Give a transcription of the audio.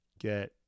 get